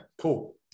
cool